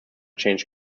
change